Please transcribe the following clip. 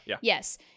Yes